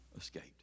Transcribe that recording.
escaped